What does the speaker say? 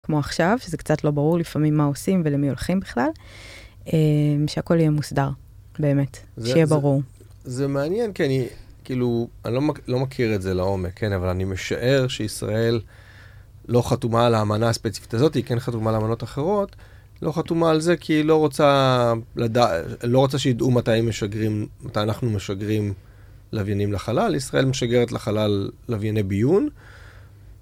כמו עכשיו, שזה קצת לא ברור לפעמים מה עושים ולמי הולכים בכלל, שהכל יהיה מוסדר, באמת, שיהיה ברור. זה מעניין, כן, כאילו, אני לא מכיר את זה לעומק, כן, אבל אני משער שישראל לא חתומה על האמנה הספציפית הזאת, היא כן חתומה על אמנות אחרות, לא חתומה על זה כי היא לא רוצה שידעו מתי אנחנו משגרים לוויינים לחלל. ישראל משגרת לחלל לווייני ביון.